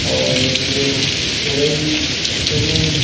और ॿियों तूरई तूरू